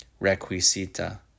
requisita